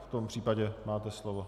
V tom případě máte slovo.